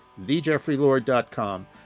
thejeffreylord.com